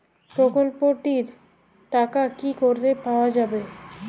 প্রকল্পটি র টাকা কি করে পাওয়া যাবে?